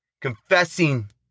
Confessing